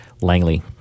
Langley